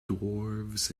dwarves